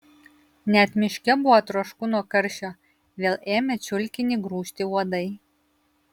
net miške buvo trošku nuo karščio vėl ėmė čiulkinį grūsti uodai